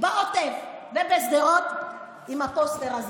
בעוטף ובשדרות עם הפוסטר הזה,